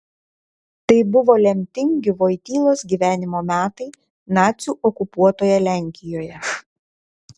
tai buvo lemtingi vojtylos gyvenimo metai nacių okupuotoje lenkijoje